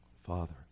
father